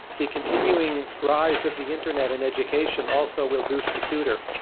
the continuing rise of the internet and education also will boost the tutor.